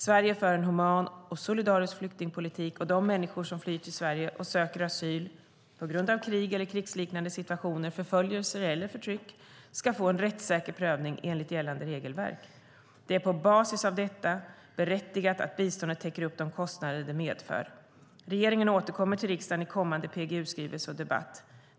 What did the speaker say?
Sverige för en human och solidarisk flyktingpolitik, och de människor som flyr till Sverige och söker asyl på grund av krig eller krigsliknande situationer, förföljelse eller förtryck ska få en rättssäker prövning enligt gällande regelverk. Det är på basis av detta berättigat att biståndet täcker upp de kostnader det medför. Regeringen återkommer till riksdagen i kommande PGU-skrivelse och debatt.